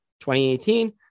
2018